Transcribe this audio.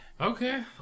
Okay